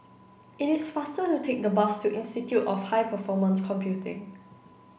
it is faster to take the bus to Institute of High Performance Computing